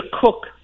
cook